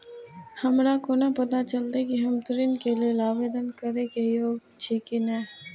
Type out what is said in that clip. हमरा कोना पताा चलते कि हम ऋण के लेल आवेदन करे के योग्य छी की ने?